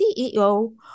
CEO